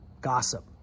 gossip